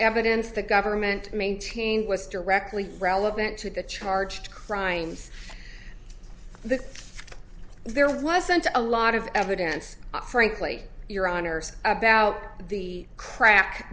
evidence the government maintaining was directly relevant to the charge crimes the there wasn't a lot of evidence frankly your honour's about the crack